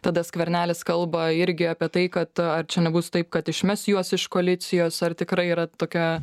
tada skvernelis kalba irgi apie tai kad ar čia nebus taip kad išmes juos iš koalicijos ar tikrai yra tokia